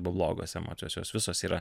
blogos emocijos jos visos yra